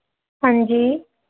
ਹਾਂਜੀ